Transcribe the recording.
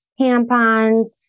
tampons